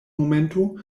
momento